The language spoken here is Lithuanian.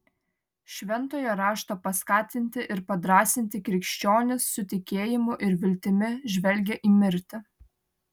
šventojo rašto paskatinti ir padrąsinti krikščionys su tikėjimu ir viltimi žvelgią į mirtį